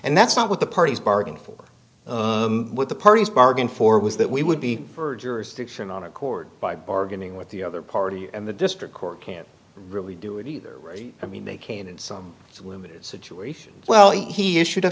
and that's not what the parties bargained for with the parties bargained for was that we would be for jurisdiction on a court by bargaining with the other party and the district court can't really do it either i mean they can in some limited situations well he issued a